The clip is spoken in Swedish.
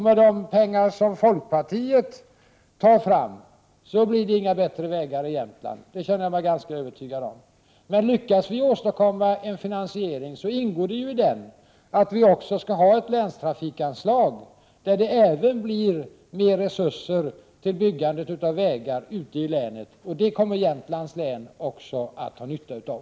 Med de pengar som folkpartiet tar fram blir det inga vägar i Jämtland. Det känner jag mig ganska övertygad om. Men lyckas vi åstadkomma en finansiering ingår det också i den ett länstrafikanslag, som även ger större resurser till byggande av vägar ute i länen. Det kommer även Jämtlands län att ha nytta av.